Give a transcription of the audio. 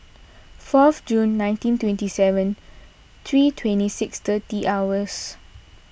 fourth June nineteen twenty seven three twenty six thirty hours